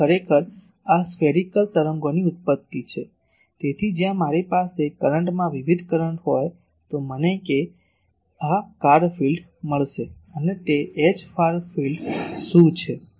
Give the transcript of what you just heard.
તેથી ખરેખર આ સ્ફેરીકલ તરંગોની ઉત્પત્તિ છે તેથી જ્યાં મારી પાસે કરંટમાં વિવિધ કરંટ હોય તો મને કે આ ફાર ફિલ્ડ મળશે છે અને Hfar field શું છે